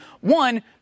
One